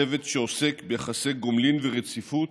צוות שעוסק ביחסי גומלין ורציפות,